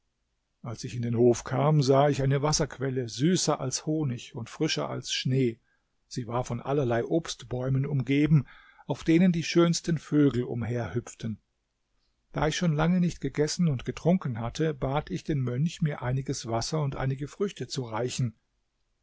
als ich in den hof kam sah ich eine wasserquelle süßer als honig und frischer als schnee sie war von allerlei obstbäumen umgeben auf denen die schönsten vögel umherhüpften da ich schon lange nicht gegessen und getrunken hatte bat ich den mönch mir einiges wasser und einige früchte zu reichen